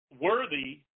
worthy